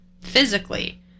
physically